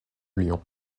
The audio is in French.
lyon